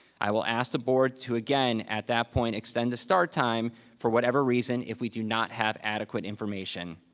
i will ask the board to, again, at that point, extend the start time for whatever reason, if we do not have adequate information,